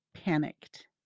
panicked